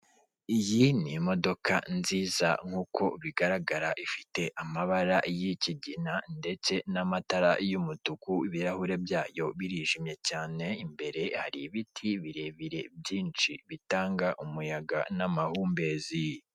Iyi ni imodoka nziza nkuko bigaragara ifite amabara y'ikigina ndetse n'amatara y'umutuku, ibirahure byayo birijimye cyane, imbere hari ibiti birebire byinshi bitanga umuyaga n'amahumbezi.